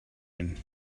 hyn